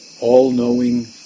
all-knowing